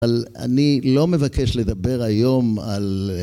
אבל אני לא מבקש לדבר היום על...